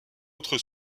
autre